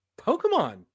Pokemon